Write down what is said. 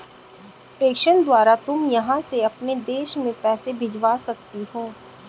प्रेषण द्वारा तुम यहाँ से अपने देश में पैसे भिजवा सकती हो